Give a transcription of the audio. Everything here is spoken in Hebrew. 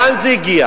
לאן זה הגיע?